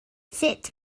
sut